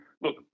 look